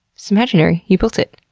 it's imaginary. you built it.